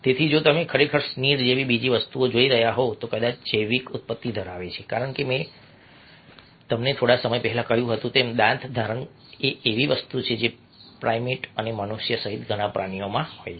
તેથી જો તમે ખરેખર સ્નીર જેવી બીજી કેટલીક વસ્તુઓ જોઈ રહ્યા હોવ તો આ કદાચ જૈવિક ઉત્પત્તિ ધરાવે છે કારણ કે મેં તમને થોડા સમય પહેલા કહ્યું તેમ દાંત ધારણ એ એવી વસ્તુ છે જે પ્રાઈમેટ અને મનુષ્ય સહિત ઘણા પ્રાણીઓમાં હોય છે